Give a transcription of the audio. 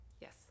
Yes